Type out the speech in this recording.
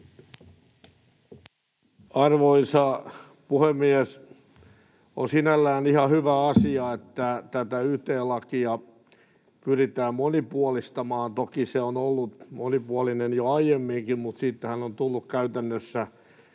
Arvoisa puhemies! On sinällään ihan hyvä asia, että tätä yt-lakia pyritään monipuolistamaan. Toki se on ollut monipuolinen jo aiemminkin, mutta käytännössä